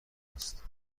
است